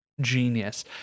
Genius